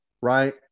right